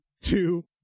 two